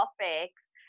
topics